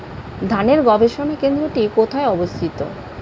ধানের গবষণা কেন্দ্রটি কোথায় অবস্থিত?